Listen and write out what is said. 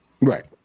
Right